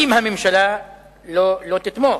אם הממשלה לא תתמוך,